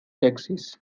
taxis